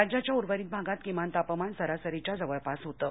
राज्याच्या उर्वरित भागात किमान तापमान सरासरीच्या जवळपास होतं